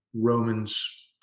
Roman's